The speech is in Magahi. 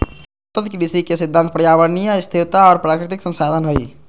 सतत कृषि के सिद्धांत पर्यावरणीय स्थिरता और प्राकृतिक संसाधन हइ